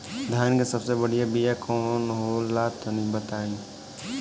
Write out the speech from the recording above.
धान के सबसे बढ़िया बिया कौन हो ला तनि बाताई?